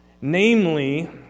Namely